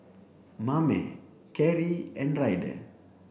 Mame Cary and Ryder